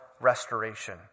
restoration